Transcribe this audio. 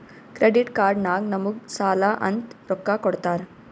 credit card ನಾಗ್ ನಮುಗ್ ಸಾಲ ಅಂತ್ ರೊಕ್ಕಾ ಕೊಡ್ತಾರ್